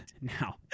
Now